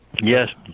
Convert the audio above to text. Yes